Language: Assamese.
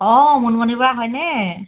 অ মুনমুণিবা হয়নে